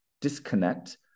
disconnect